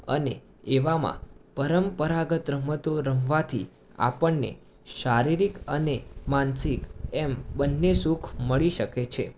અને એવામાં પરંપરાગત રમતો રમવાથી આપણને શારીરિક અને માનસિક એમ બંને સુખ મળી શકે છે